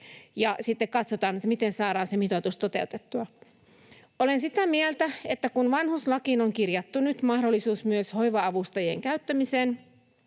ja sitten katsotaan, miten saadaan se mitoitus toteutettua. Olen sitä mieltä, että kun vanhuslakiin on kirjattu nyt mahdollisuus myös hoiva-avustajien käyttämiseen,